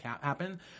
happen